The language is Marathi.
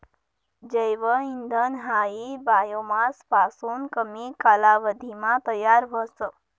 जैव इंधन हायी बायोमास पासून कमी कालावधीमा तयार व्हस